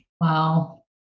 Wow